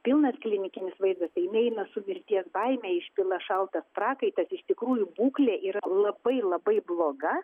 pilnas klinikinis vaizdas tai jinai eina su mirties baime išpila šaltas prakaitas iš tikrųjų būklė yra labai labai bloga